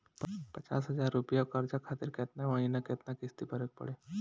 पचास हज़ार रुपया कर्जा खातिर केतना महीना केतना किश्ती भरे के पड़ी?